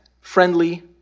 friendly